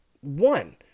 one